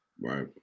right